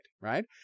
Right